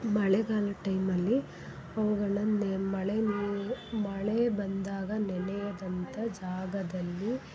ಮಳೆಗಾಲದ ಟೈಮಲ್ಲಿ ಅವ್ಗಳಂದೆ ಮಳೆ ನೀ ಮಳೆ ಬಂದಾಗ ನೆನೆಯದಂತ ಜಾಗದಲ್ಲಿ